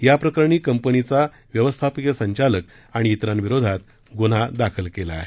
याप्रकरणी कंपनीचा व्यवस्थापकीय संचालक आणि इतरांविरोधात गुन्हा दाखल करण्यात आला आहे